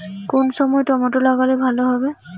কোন সময় টমেটো লাগালে ভালো হবে?